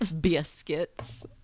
Biscuits